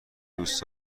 دوست